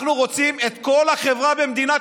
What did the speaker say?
אנחנו רוצים את כל האנשים בחברה במדינת